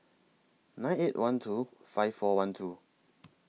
nine eight one two five four one two